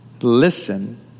listen